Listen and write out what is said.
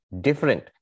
different